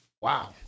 Wow